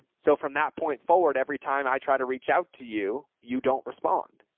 so from that point forward, every time i try to reach out to you, you don't respond.